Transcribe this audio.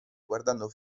guardando